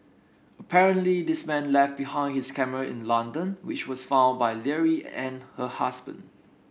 apparently this man left behind his camera in London which was found by Leary and her husband